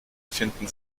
finden